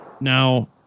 Now